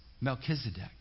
Melchizedek